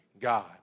God